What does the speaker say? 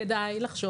כדאי לחשוב מחדש.